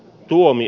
tuomi